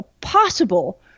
possible